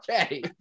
okay